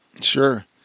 Sure